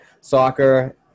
soccer –